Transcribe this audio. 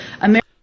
America